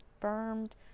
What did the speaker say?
confirmed